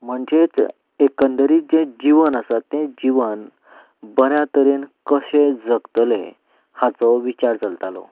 म्हणजेच एकंदरीत जें जीवन आसा तें जीवन बऱ्या तरेन कशें जगतले हाचो विचार चलतालो